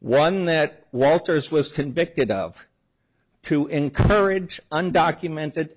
one that walters was convicted of to encourage undocumented